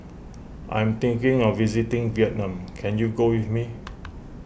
I am thinking of visiting Vietnam can you go with me